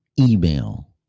email